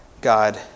God